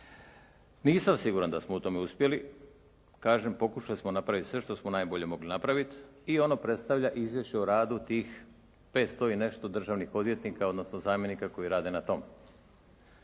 Nisam siguran da smo u tome uspjeli, kažem pokušali smo napraviti sve što smo najbolje mogli napraviti i ono predstavlja Izvješće o radu tih 500 i nešto državnih odvjetnika odnosno zamjenika koji rade na tome.